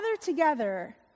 together